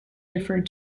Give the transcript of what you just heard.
referred